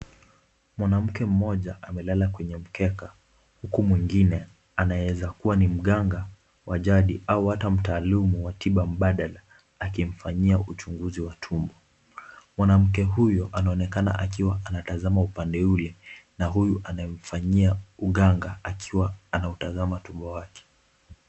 Mwanamke mmoja amelala kwenye mkeka huku mwengine anayeeza kuwa ni mganga wa jadi au tu mtaalamu wa tiba mbadala akimfanyia uchunguzi wa tumbo. Mwanamke huyo anaonekana akiwa anatazama upande ule na huyu anayefanyia uganga akiwa anautazama utumbo wake.